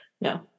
No